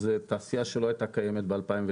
זו תעשייה שלא הייתה קיימת ב-2009.